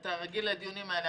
אתה רגיל לדיונים האלה.